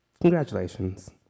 Congratulations